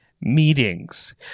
meetings